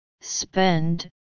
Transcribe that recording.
spend